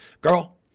girl